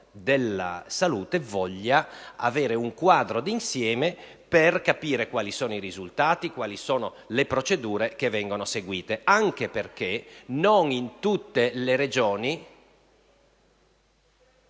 della salute voglia avere un quadro d'insieme per capire quali sono i risultati, quali sono le procedure che vengono seguite, anche perché non in tutte le Regioni...